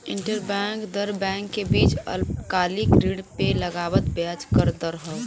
interbank दर bank के बीच अल्पकालिक ऋण पे लगावल ब्याज क दर हौ